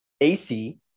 AC